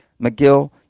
McGill